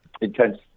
intense